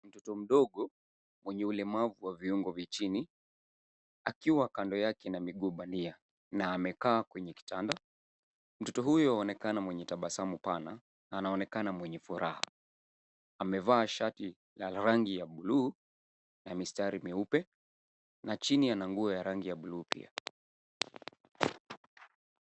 Mtoto mdogo mwenye ulemavu wa viungo vya chini akiwa kando yake na miguu bandia na amekaa kwenye kitanda. Mtoto huyo anaonekana mwenye tabasumu pana na anaonekana mwenye furaha. Amevaa shati la rangi ya buluu na mistari meupe na chini ana nguo ya rangi ya buluu pia.